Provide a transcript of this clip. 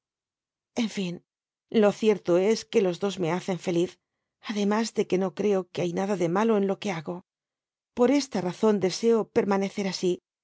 íen fín lo cierto es que los dos me hacen feliz ademas de que no creo que hay nada de malo en lo que hago por esta razón deseo permanecer asi